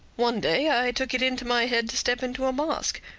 one day i took it into my head to step into a mosque,